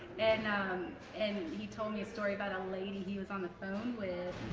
and um and he told me a story about a lady he was on the phone with,